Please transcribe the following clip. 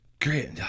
Great